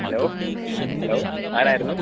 hello hello ആരായിരുന്നു